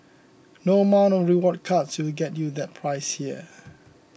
no amount of rewards cards will get you that price here